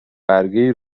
برگهای